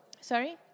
Sorry